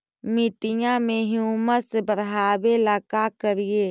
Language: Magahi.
मिट्टियां में ह्यूमस बढ़ाबेला का करिए?